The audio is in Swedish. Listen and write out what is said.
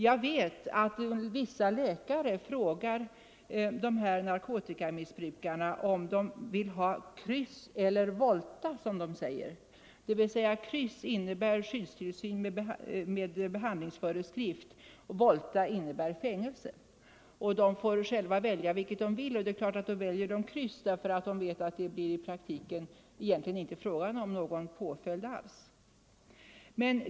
Jag vet att vissa läkare frågar narkotikamissbrukarna om de vill ha kryss eller volta. Kryss innebär skyddstillsyn med behandlingsföreskrift och volta innebär fängelse. De får själva välja vilket de vill och det är klart att de då väljer kryss, för de vet att det i praktiken egentligen inte blir fråga om någon påföljd alls.